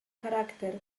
charakter